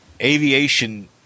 aviation